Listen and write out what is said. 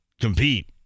compete